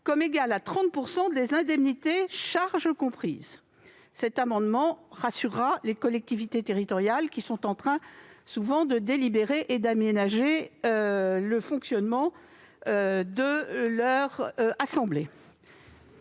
étant égal à 30 % des indemnités, charges comprises. Cette mesure rassurera les collectivités territoriales qui sont en train de délibérer et d'aménager le fonctionnement de leur organe